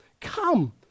Come